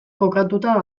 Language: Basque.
kokatuta